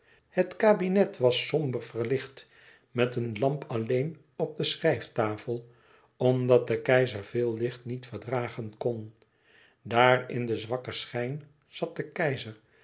het kabinet was somber verlicht met een lamp alleen op de schrijftafel omdat de keizer veel licht niet verdragen kon daar in den zwakken schijn zat de keizer